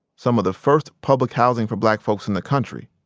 some of the first public housing for black folks in the country.